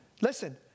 listen